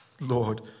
Lord